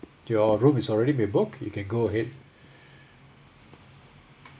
your room is already been book you can go ahead